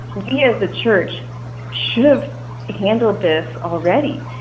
we as a church should've handled this already.